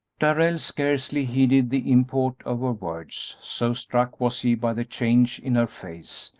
darrell scarcely heeded the import of her words, so struck was he by the change in her face,